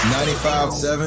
95-7